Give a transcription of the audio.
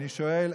אני שואל,